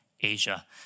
Asia